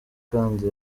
kandi